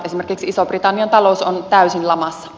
esimerkiksi ison britannian talous on täysin lamassa